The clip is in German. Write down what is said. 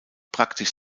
praktisch